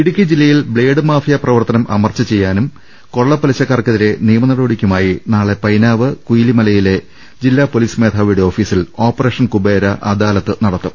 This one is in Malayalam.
ഇടുക്കി ജില്ലയിൽ ബ്ലേഡ് മാഫിയ പ്രവർത്തനം അമർച്ച ചെയ്യാനും കൊള്ളപ്പലിശക്കാർക്കെതിരെ നിയമ നടപടിക്കുമായി നാളെ പൈനാവ് കുയിലിമലയിലെ ജില്ലാ പൊലീസ് മേധാവിയുടെ ഓഫീസിൽ ഓപ്പറേ ഷൻ കുബേര അദാലത്ത് നടക്കും